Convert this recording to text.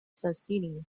society